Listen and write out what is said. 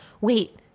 wait